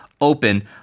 Open